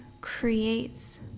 creates